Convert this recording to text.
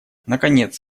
наконец